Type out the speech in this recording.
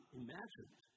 imagined